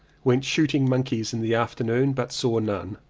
went shooting monkeys in the afternoon, but saw none.